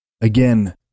Again